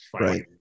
right